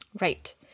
right